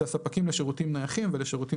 זה הספקים לשירותים נייחים ושירותים